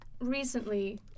recently